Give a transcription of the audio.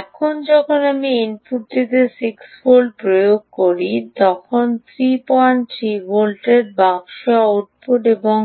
এখন যখন আমি ইনপুটটিতে 6 ভোল্ট প্রয়োগ করি তখন 33 ভোল্ট বাক্স আউটপুট এবং